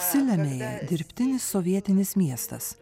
siliamėja dirbtinis sovietinis miestas